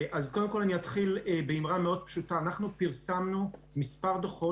אני אתחיל באמרה מאוד פשוטה: אנחנו פרסמנו מספר דוחות